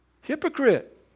Hypocrite